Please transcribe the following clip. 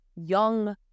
young